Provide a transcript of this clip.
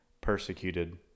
persecuted